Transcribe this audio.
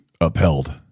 upheld